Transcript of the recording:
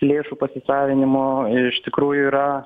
lėšų pasisavinimo iš tikrųjų yra